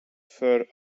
för